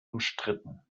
umstritten